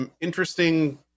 interesting